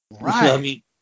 Right